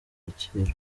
kacyiru